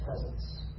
presence